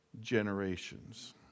generations